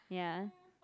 ya